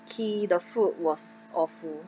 ~key the food was awful